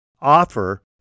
offer